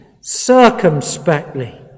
circumspectly